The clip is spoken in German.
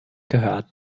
gehört